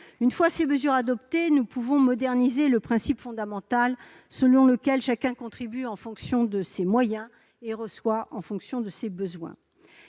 Une fois ces mesures adoptées, nous pourrons moderniser le principe fondamental selon lequel chacun contribue en fonction de ses moyens et reçoit en fonction de ses besoins.